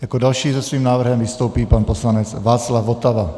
Jako další se svým návrhem vystoupí pan poslanec Václav Votava.